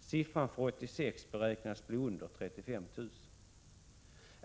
Siffran för år 1986 beräknas bli under 35 000.